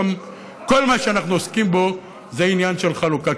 כל מה שאנחנו עוסקים בו זה עניין של חלוקה.